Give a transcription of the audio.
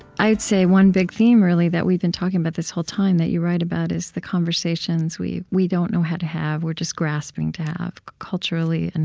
i'd say, one big theme, really, that we've been talking about this whole time that you write about is the conversations we we don't know how to have, we're just grasping to have, culturally. and